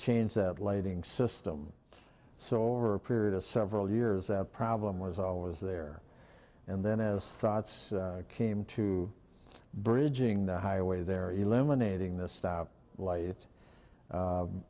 change that lading system so over a period of several years that problem was always there and then as thoughts came to bridging the highway there eliminating the stop light